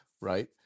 right